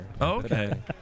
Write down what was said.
Okay